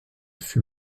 fut